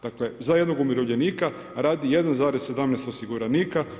Dakle, za jednog umirovljenika radi 1,17 osiguranika.